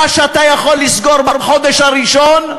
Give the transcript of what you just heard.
מה שאתה יכול לסגור בחודש הראשון,